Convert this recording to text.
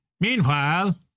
Meanwhile